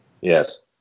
Yes